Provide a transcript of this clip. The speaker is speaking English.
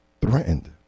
Threatened